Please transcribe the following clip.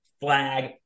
flag